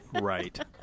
right